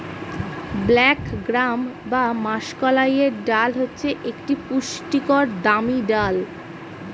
black gram বা মাষকলাইয়ের ডাল হচ্ছে একটি পুষ্টিকর দামি ডাল